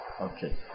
Okay